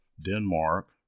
Denmark